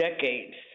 decades